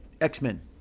X-Men